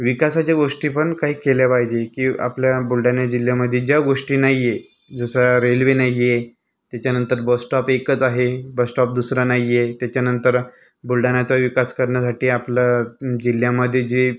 विकासाच्या गोष्टी पण काही केल्या पाहिजे की आपल्या बुलढाण्या जिल्ह्यामधे ज्या गोष्टी नाही आहे जसं रेल्वे नाही आहे त्याच्यानंतर बस स्टॉप एकच आहे बस स्टॉप दुसरा नाही आहे त्याच्यानंतर बुलढाण्याचा विकास करण्यासाठी आपलं जिल्ह्यामध्ये जे